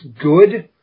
good